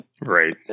Right